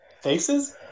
faces